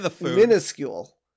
minuscule